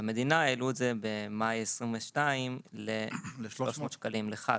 המדינה העלו את זה במאי 2022 ל-300 שקלים לחג,